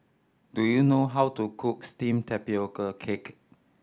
do you know how to cook steamed tapioca cake